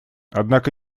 однако